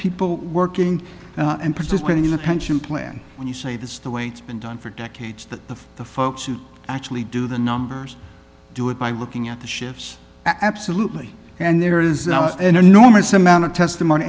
people working and participating in the pension plan and you say that's the way it's been done for decades that the folks who actually do the numbers do it by looking at the ships absolutely and there is an enormous amount of testimony